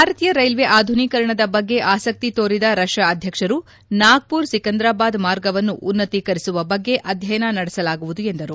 ಭಾರತೀಯ ರೈಲ್ವೆ ಆಧುನೀಕರಣದ ಬಗ್ಗೆ ಆಸಕ್ತಿ ತೋರಿದ ರಷ್ಯಾ ಅಧ್ಯಕ್ಷರು ನಾಗ್ದುರ ಸಿಕಂದ್ರಾಬಾದ್ ಮಾರ್ಗವನ್ನು ಉನ್ನತೀಕರಿಸುವ ಬಗ್ಗೆ ಅಧ್ಯಯನ ನಡೆಸಲಾಗುವುದು ಎಂದರು